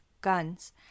guns